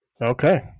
Okay